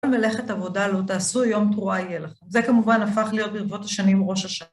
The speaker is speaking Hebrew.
מלאכת עבודה לא תעשו, יום תרועה יהיה לכם. זה כמובן הפך להיות ברבות השנים ראש השנה.